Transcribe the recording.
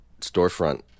storefront